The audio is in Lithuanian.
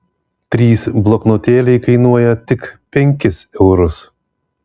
trys bloknotėliai kainuoja tik penkis eurus